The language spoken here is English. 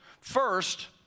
First